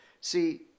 see